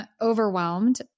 overwhelmed